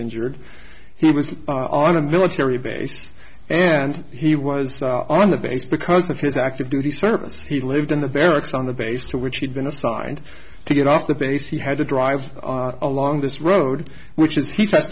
injured he was on a military base and he was on the base because of his active duty service he lived in the barracks on the base to which he'd been assigned to get off the base he had to drive along this road which is he t